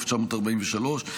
1943,